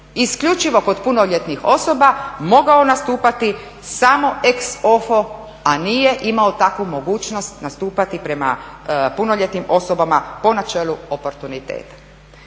isključivo kod punoljetnih osoba mogao nastupati samo ex offo a nije imao takvu mogućnost nastupati prema punoljetnim osobama po načelu oportuniteta.